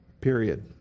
period